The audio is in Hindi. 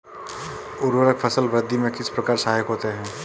उर्वरक फसल वृद्धि में किस प्रकार सहायक होते हैं?